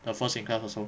the first in class also